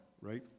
right